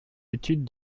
études